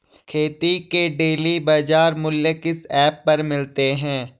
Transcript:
खेती के डेली बाज़ार मूल्य किस ऐप पर मिलते हैं?